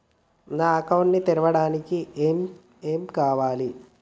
నా అకౌంట్ ని తెరవడానికి ఏం ఏం కావాలే?